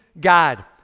God